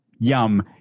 Yum